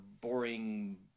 boring